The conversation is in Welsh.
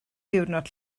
diwrnod